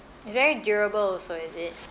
it's very durable also is it